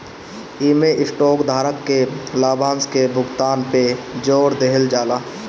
इमें स्टॉक धारक के लाभांश के भुगतान पे जोर देहल जाला